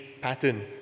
pattern